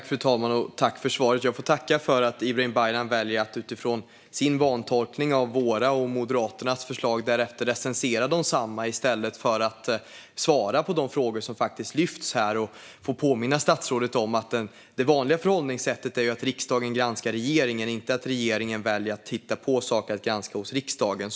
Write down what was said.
Fru talman! Jag tackar Ibrahim Baylan för svaret. Han väljer dock att utifrån sin vantolkning av våra och Moderaternas förslag recensera desamma i stället för att svara på de frågor som lyfts fram här. Jag vill påminna statsrådet om att det vanliga förhållningssättet är att riksdagen granskar regeringen och inte att regeringen väljer att hitta på saker att granska hos riksdagen.